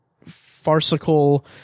farcical